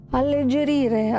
alleggerire